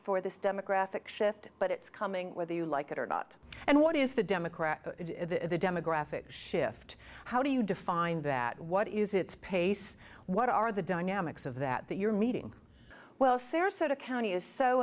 for this demographic shift but it's coming whether you like it or not and what is the democrat the demographic shift how do you define that what is its pace what are the dynamics of that that you're meeting well sarasota county is so